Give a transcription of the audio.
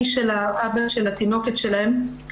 האב של התינוקת שלהם,